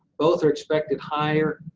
both are expected higher.